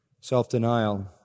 self-denial